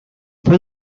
fue